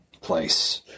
place